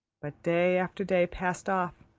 but day after day passed off,